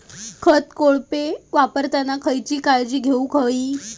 खत कोळपे वापरताना खयची काळजी घेऊक व्हयी?